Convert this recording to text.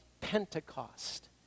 Pentecost